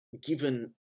given